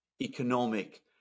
economic